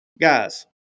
guys